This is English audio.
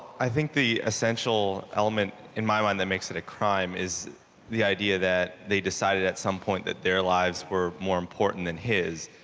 i think the essential element, in my mind that makes it a crime is the idea that they decided at some point that their lives were more important than his,